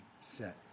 set